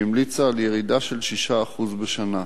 שהמליצה על ירידה של 6% בשנה.